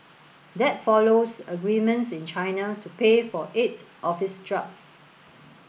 that follows agreements in China to pay for eight of its drugs